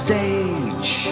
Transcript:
Stage